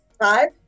five